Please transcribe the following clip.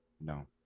no